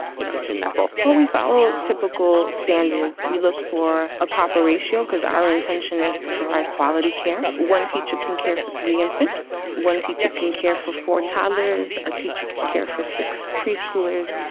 you know, in that role? well, we follow typical standards. we look for a proper ratio because our intention is to provide quality care. one teacher can care for three infants once each kid ah can care for four toddlers. a teacher can care for six preschoolers.